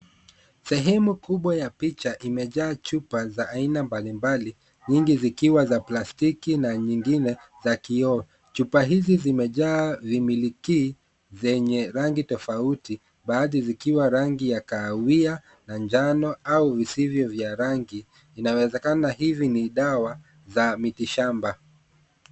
Sehemu kubwa ya picha imejaa chupa za aina mbalimbali, nyingi zikiwa za plastiki na nyingine za kioo. Chupa hizi zimejaa vimiliki zenye rangi tofauti, baadhi zikiwa rangi ya kahawia na njano au visivyo vya rangi. Inawezekana hivi ni dawa za mitishamba.